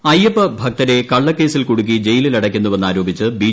P march Ayyappa ഭക്തരെ കള്ളക്കേസിൽ കൂടുക്കി ജയിലിലടയ്ക്കുന്നുവെന്ന് ആരോപിച്ച് ബി